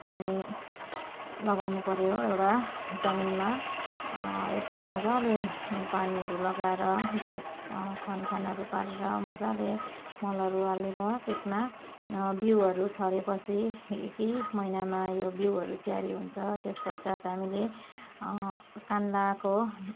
पानी लगाउनु पऱ्यो एउटा जमिनमा यसमा मजाले पानीहरू लगाएर जो खन खानहरू पारेर मजाले मलहरू हालेर त्यसमा बिउहरू छरेपछि केही महिनामा यो बिउहरू त्यारी हुन्छ त्यसपश्चात हामीले कान्लाको